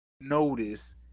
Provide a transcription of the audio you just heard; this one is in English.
notice